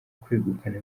kwegukana